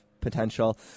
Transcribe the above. potential